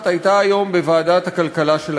הייתה היום בוועדת הכלכלה של הכנסת.